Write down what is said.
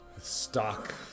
Stock